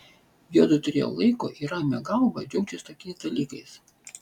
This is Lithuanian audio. juodu turėjo laiko ir ramią galvą džiaugtis tokiais dalykais